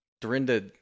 Dorinda